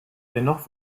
dennoch